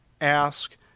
ask